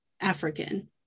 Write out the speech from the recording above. African